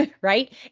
right